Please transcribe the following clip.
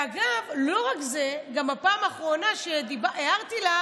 ואגב, לא רק זה, גם בפעם האחרונה שהערתי לה,